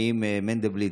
האם מנדלבליט,